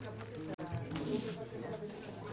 הישיבה ננעלה בשעה